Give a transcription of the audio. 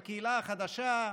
לקהילה החדשה,